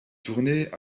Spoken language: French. tournées